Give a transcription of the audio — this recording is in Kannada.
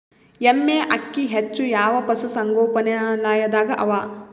ಎಮ್ಮೆ ಅಕ್ಕಿ ಹೆಚ್ಚು ಯಾವ ಪಶುಸಂಗೋಪನಾಲಯದಾಗ ಅವಾ?